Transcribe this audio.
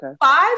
five